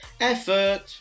Effort